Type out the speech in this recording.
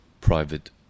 private